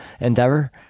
endeavor